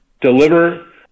deliver